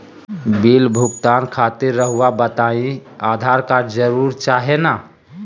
Bill भुगतान खातिर रहुआ बताइं आधार कार्ड जरूर चाहे ना?